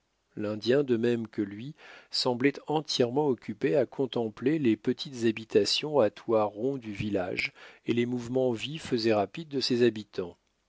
l'indien de même que lui semblait entièrement occupé à contempler les petites habitations à toit rond du village et les mouvements vifs et rapides de ses habitants